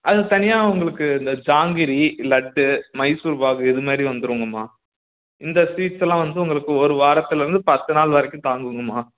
அது தனியாக உங்களுக்கு இந்த ஜாங்கிரி லட்டு மைசூர்பாகு இது மாரி வந்திருங்கம்மா இந்த ஸ்வீட்ஸ் எல்லாம் வந்து உங்களுக்கு ஒரு வாரத்திலருந்து பத்து நாள் வரைக்கும் தாங்குங்கம்மா